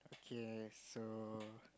okay so